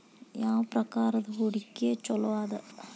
ಯಾವ ಪ್ರಕಾರದ ಹೂಡಿಕೆ ಚೊಲೋ ಅದ